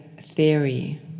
theory